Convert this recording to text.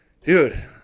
Dude